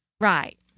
Right